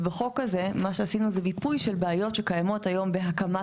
ובחוק הזה מה שעשינו זה מיפוי של בעיות שקיימות בהקמת